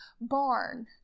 barn